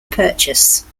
purchase